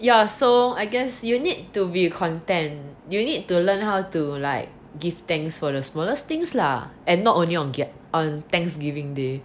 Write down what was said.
yeah so I guess you need to be content you need to learn how to like give thanks for the smallest things lah and not only on thanksgiving day